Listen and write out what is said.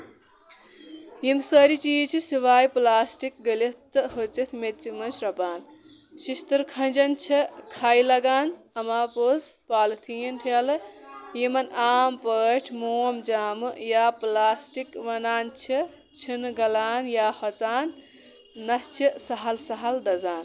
یِم سٲری چیٖز چھِ سِوایے پٔلاسٹِک گلِتھ تہٕ ۂژِتھ میژِ منٛز شرۄپان شِشتٔر کھنجٮ۪ن چھےٚ خے لگان اَما پوز پالتھیٖنن ٹھیلہٕ یِمن عام پٲٹھۍ مو مجامہٕ یا پٔلاسٹِکۍ وَنان چھِ چھُنہٕ گَلان یا ہۄژان نہ چھُ سَہل سَہل دَزان